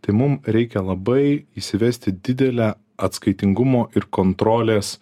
tai mum reikia labai įsivesti didelę atskaitingumo ir kontrolės